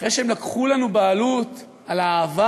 אחרי שהם לקחו לנו בעלות על האהבה,